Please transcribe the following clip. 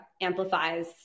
amplifies